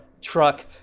truck